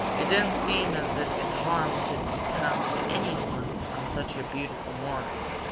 it didn't seem as if harm could come to anyone on such a beautiful morning.